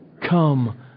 Come